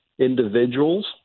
individuals